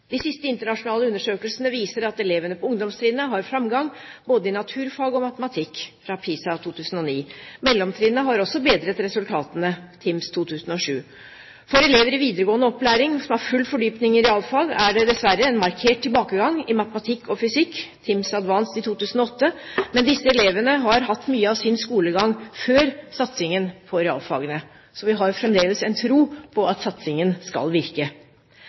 De siste internasjonale undersøkelsene viser at elevene på ungdomstrinnet har framgang både i naturfag og matematikk – PISA 2009. Mellomtrinnet har også bedret resultatene – TIMSS 2007. For elever i videregående opplæring som har full fordypning i realfag, er det dessverre en markert tilbakegang i matematikk og fysikk – TIMSS Advanced 2008. Men disse elevene har hatt mye av sin skolegang før satsingen på realfagene, så vi har fremdeles tro på at satsingen skal virke.